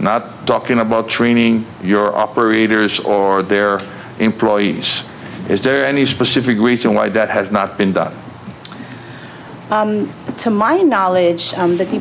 not talking about training your operators or their employees is there any specific reason why that has not been done to my knowledge on th